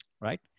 right